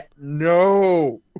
no